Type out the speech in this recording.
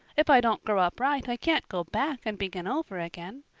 if i don't grow up right i can't go back and begin over again.